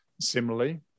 Similarly